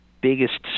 biggest